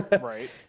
Right